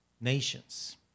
nations